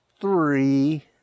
three